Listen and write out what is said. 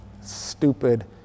stupid